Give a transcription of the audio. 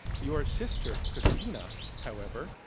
your sister, kristina, however,